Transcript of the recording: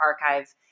archive